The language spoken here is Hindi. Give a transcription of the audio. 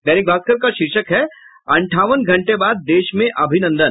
दैनिक भास्कर का शीर्षक है अठावन घंटे बाद देश में अभिनंदन